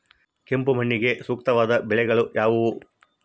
ಕೆಂಪು ಮಣ್ಣಿಗೆ ಸೂಕ್ತವಾದ ಬೆಳೆಗಳು ಯಾವುವು?